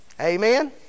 Amen